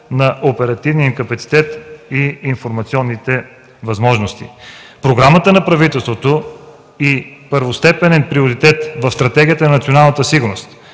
на оперативния капацитет и информационните възможности. В програмата на правителството първостепенен приоритет в Стратегията за националната сигурност